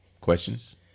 questions